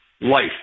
life